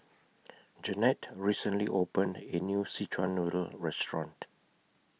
Jeannette recently opened A New Szechuan Noodle Restaurant